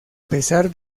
pesar